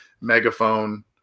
megaphone